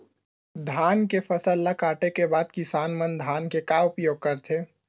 धान के फसल ला काटे के बाद किसान मन धान के का उपयोग करथे?